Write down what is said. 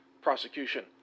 prosecution